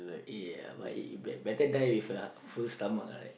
ya baik bet~ better die with a full stomach right